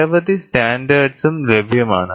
നിരവധി സ്റ്റാൻഡേർഡ്സും ലഭ്യമാണ്